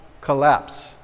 collapse